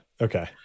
okay